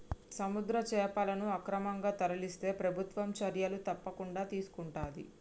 సముద్ర చేపలను అక్రమంగా తరలిస్తే ప్రభుత్వం చర్యలు తప్పకుండా తీసుకొంటది